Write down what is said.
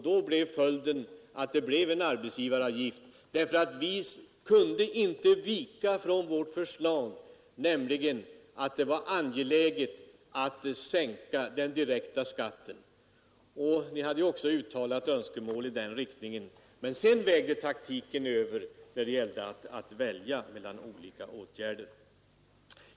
Då blev följden en arbetsgivaravgift. Vi kunde inte vika från vår mening, nämligen att det var angeläget att sänka den direkta skatten. Även ni hade uttalat önskemål i den riktningen, men sedan vägde taktiken över när det gällde att välja mellan olika åtgärder.